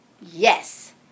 Yes